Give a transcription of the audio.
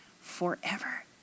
forever